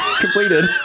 completed